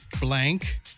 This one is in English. Blank